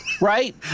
Right